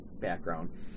background